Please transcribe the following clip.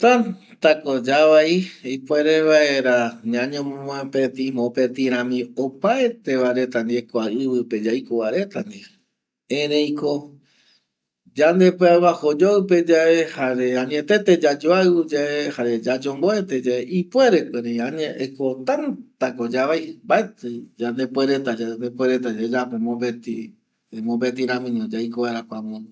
Tata ko yavai ipuere vaera ñanemoapeti mopetirami opaetevareta yande yaiko ivï pe retava, erei ko yandepia guaju oyoipe yave jare añetete yayaiu ye jare yayombuete ye ipuere ko, erei ko tata ko yavai mbaeti yande puereta yayapo mopeti vaera yaiko kua mundo pe